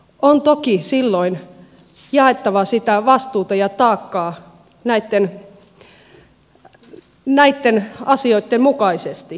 on toki silloin jaettava sitä vastuuta ja taakkaa näitten asioitten mukaisesti